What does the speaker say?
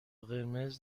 قرمز